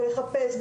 ולחפש,